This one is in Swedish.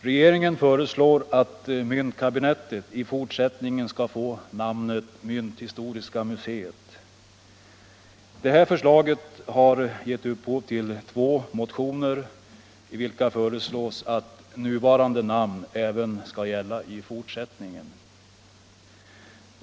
Regeringen föreslår att myntkabinettet i fortsättningen skall få namnet mynthistoriska museet. Det förslaget har gett upphov till två motioner, i vilka föreslås att nuvarande namn även skall gälla i fortsättningen.